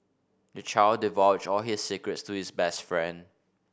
the child divulged all his secrets to his best friend